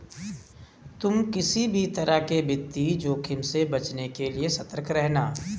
तुम किसी भी तरह के वित्तीय जोखिम से बचने के लिए सतर्क रहना